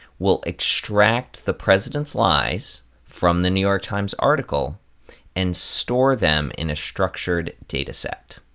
we'll extract the president's lies from the new york times article and store them in a structured dataset.